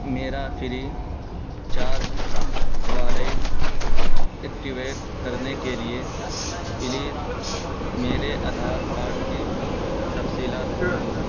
میرا free charge wallet activate کرنے کے لیے پلیز میرے آدھار کارڈ کی تفصیلات بھر دو